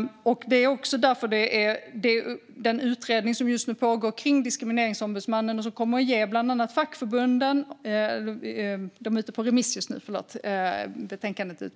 Betänkandet i samband med utredningen gällande Diskrimineringsombudsmannen är just nu ute